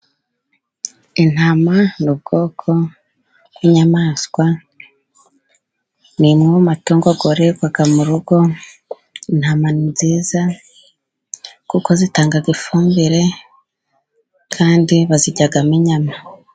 Intama ni ubwoko bw'inyamaswa, ni imwe mu matungo yororerwa mu rugo. Intama ni nziza kuko zitanga ifumbire, kandi baziryamo inyama.